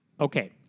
Okay